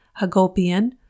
Hagopian